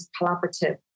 collaborative